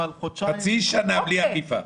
אבל חודשיים בלי אכיפה.